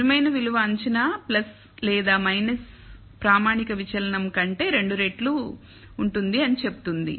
నిజమైన విలువ అంచనా లేదా ప్రామాణిక విచలనం కంటే 2 రెట్లు ఉంటుంది అని చెప్తుంది